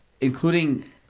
including